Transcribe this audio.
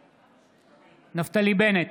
בעד נפתלי בנט,